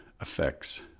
effects